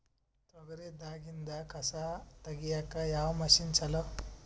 ತೊಗರಿ ದಾಗಿಂದ ಕಸಾ ತಗಿಯಕ ಯಾವ ಮಷಿನ್ ಚಲೋ?